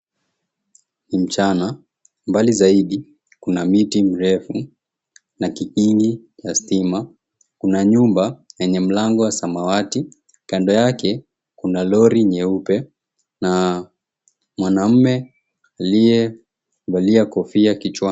Ni mchana, mbali zaidi kuna miti mirefu n kiini ya stima. Kuna nyumba yenye mlango wa samawati, kando yake kuna lori nyeupe na mwanaume aliyevalia kofia kichwani.